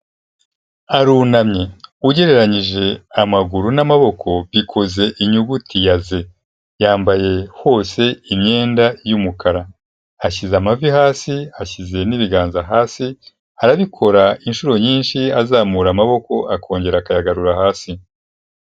Arunamye, ugereranyije amaguru n'amaboko bikoze inyugutiya Z, yambaye hose imyenda y'umukara, ashyize amavi hasi, ashyize n'ibiganza hasi, arabikora inshuro nyinshi azamura amaboko akongera akayagarura hasi.